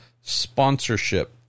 sponsorship